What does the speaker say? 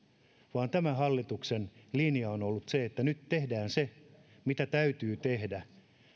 vaan tämän hallituksen linja on on ollut se että nyt tehdään se mitä täytyy tehdä